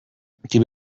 die